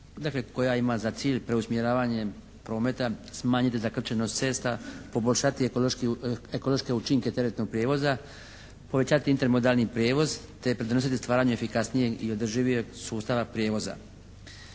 koja ima za cilj preusmjeravanje prometa, smanjiti zakrčenost cesta, poboljšati ekološke učinke teretnog prijevoza, povećati intermodalni prijevoz te pridonositi stvaranju efikasnijeg i održivijeg sustava prijevoza.